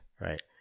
right